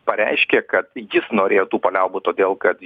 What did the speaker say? pareiškė kad jis norėtų paliaubų todėl kad